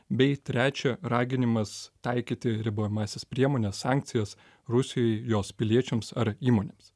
bei trečia raginimas taikyti ribojamąsias priemones sankcijas rusijai jos piliečiams ar įmonėms